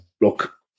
look